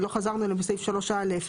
לא חזרנו אליהם בסעיף 3א,